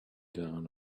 down